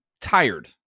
tired